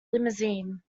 limousine